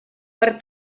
per